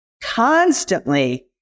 constantly